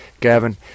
Gavin